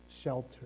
shelter